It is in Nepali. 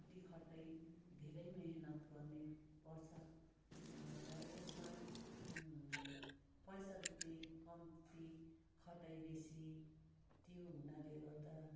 खटिखटाइ धेरै मिहिनेत गर्ने पर्छ र यसमा पैसा रुपियाँ कम्ती खटाइ बेसी त्यो हुनाले गर्दा